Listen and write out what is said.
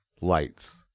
lights